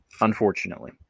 unfortunately